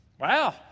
Wow